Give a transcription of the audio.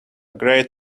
great